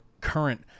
current